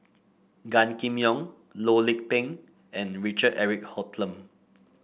Gan Kim Yong Loh Lik Peng and Richard Eric Holttum